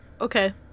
Okay